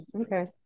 Okay